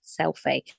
selfie